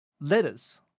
letters